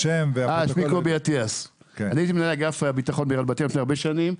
אני הייתי מנהל אגף הביטחון בעיריית בת ים לפני הרבה שנים,